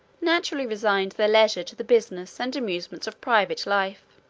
naturally resigned their leisure to the business and amusements of private life.